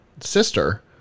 sister